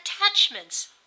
attachments